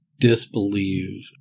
disbelieve